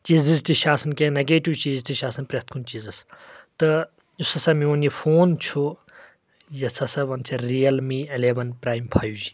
چیٖزز تہِ چھِ آسان کینٛہہ نگیٹو چیٖز تہِ چھِ آسان پرٮ۪تھ کُنہِ چیٖزس تہٕ یُس ہسا میون یہِ فون چھُ یژھ ہسا ونان چھِ رِیلمی اَلیوَن پرایِم فایِو جی